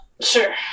sure